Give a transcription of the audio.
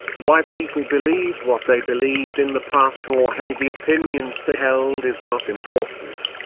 why people believed what they believed in the past or held the opinions they held is not important.